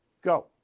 Go